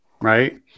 right